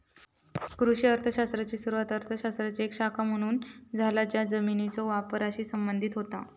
कृषी अर्थ शास्त्राची सुरुवात अर्थ शास्त्राची एक शाखा म्हणून झाला ज्या जमिनीच्यो वापराशी संबंधित होता